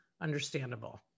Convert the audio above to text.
understandable